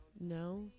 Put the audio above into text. No